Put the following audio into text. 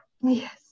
Yes